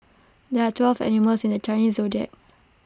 there are twelve animals in the Chinese Zodiac